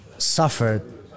suffered